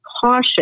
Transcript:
caution